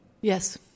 Yes